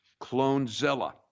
CloneZilla